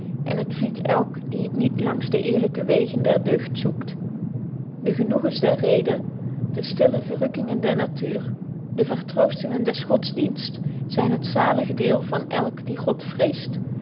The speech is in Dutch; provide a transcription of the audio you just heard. en het vliedt elk die het niet langs de eerlyke wegen der deugd zoekt de genoegens der reden de stille verrukkingen der natuur de vertroostingen des godsdiensts zyn het zalig deel van elk die god vreest